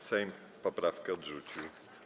Sejm poprawkę odrzucił.